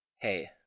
hey